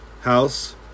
house